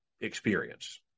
Experience